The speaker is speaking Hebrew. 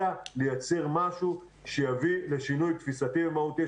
אלא לייצר משהו שיביא לשינוי תפיסתי מהותי.